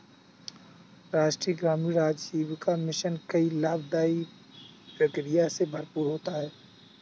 राष्ट्रीय ग्रामीण आजीविका मिशन कई लाभदाई प्रक्रिया से भरपूर होता है